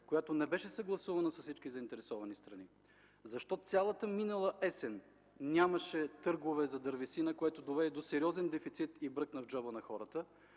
която не беше съгласувана с всички заинтересовани страни? Защо цялата минала есен нямаше търгове за дървесина, което доведе до сериозен дефицит и бръкна в джоба на хората,